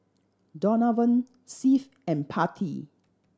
Donavon Seth and Patti